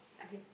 okay